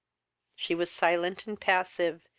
she was silent and passive,